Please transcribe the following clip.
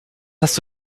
hast